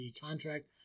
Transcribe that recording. contract